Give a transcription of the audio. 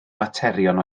materion